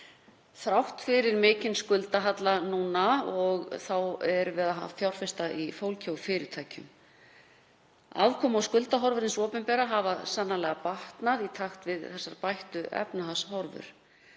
Þrátt fyrir mikinn skuldahalla núna þá erum við að fjárfesta í fólki og fyrirtækjum. Afkomu- og skuldahorfur hins opinbera hafa sannarlega batnað í takt við bættar efnahagshorfur.